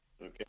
Okay